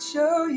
show